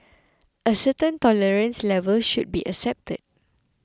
a certain tolerance level should be accepted